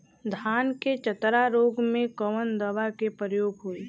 धान के चतरा रोग में कवन दवा के प्रयोग होई?